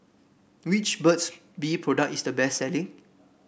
which Burt's Bee product is the best selling